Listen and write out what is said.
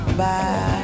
bye